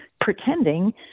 pretending